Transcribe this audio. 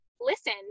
listen